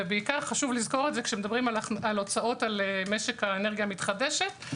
ובעיקר חשוב לזכור את זה כשמדברים על הוצאות על משק האנרגיה המתחדשת,